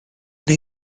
neu